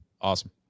Awesome